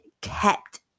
kept